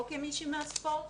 לא כמישהי מהספורט,